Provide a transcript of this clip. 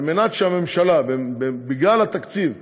על מנת שהממשלה, בגלל התקציב,